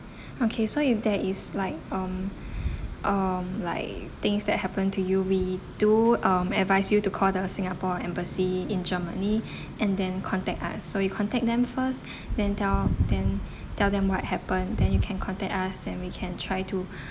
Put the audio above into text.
okay so if there is like um um like things that happen to you we do um advise you to call the singapore embassy in germany and then contact us so you contact them first then tell them tell them what happen then you can contact us then we can try to